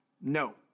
No